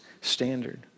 standard